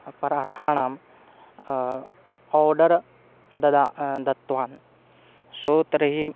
पराठाणाम् order ददाति दत्तवान् शो तर्हि